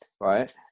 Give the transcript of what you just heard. right